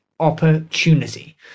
opportunity